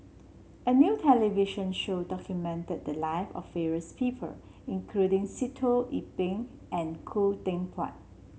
a new television show documented the live of various people including Sitoh Yih Pin and Khoo Teck Puat